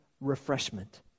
refreshment